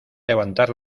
levantar